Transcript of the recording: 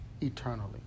eternally